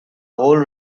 whole